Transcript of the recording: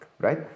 right